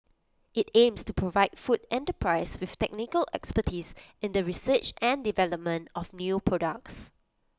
IT aims to provide food enterprises with technical expertise in the research and development of new products